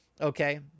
okay